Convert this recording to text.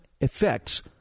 effects